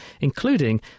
including